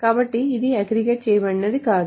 కాబట్టి ఇది అగ్రిగేట్ చేయబడినది కాదు